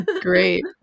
Great